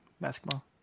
basketball